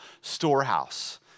storehouse